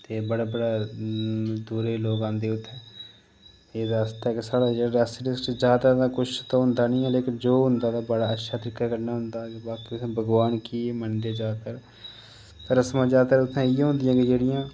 ते बड़े बड़े दूरा लोक औंदे उत्थै ते एह्दे आस्तै कि साढ़ा जेह्ड़ा रियासी डिस्ट्रिक च जैदा किश होंदा निं पर जो बी होंदा बड़े अच्छे तरीकै कन्नै होंदा बाकी इत्थै भगोआन गी मनदे जैदातर रस्मां उत्थै जैदातर इ'यै होंदियां कि